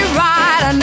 right